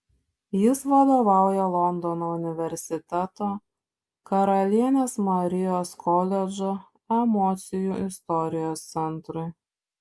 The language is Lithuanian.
jis vadovauja londono universiteto karalienės marijos koledžo emocijų istorijos centrui